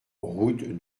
route